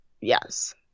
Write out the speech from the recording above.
Yes